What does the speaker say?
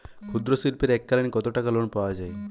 ক্ষুদ্রশিল্পের এককালিন কতটাকা লোন পাওয়া য়ায়?